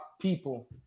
people